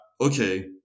okay